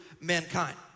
mankind